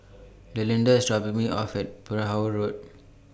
Delinda IS dropping Me off At Perahu Road